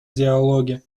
диалоге